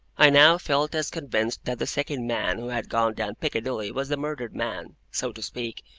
i now felt as convinced that the second man who had gone down piccadilly was the murdered man so to speak,